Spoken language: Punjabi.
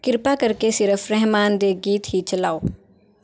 ਕਿਰਪਾ ਕਰਕੇ ਸਿਰਫ਼ ਰਹਿਮਾਨ ਦੇ ਗੀਤ ਹੀ ਚਲਾਓ